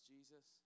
Jesus